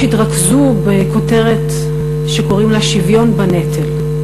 התרכזו בכותרת שקוראים לה שוויון בנטל,